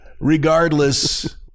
Regardless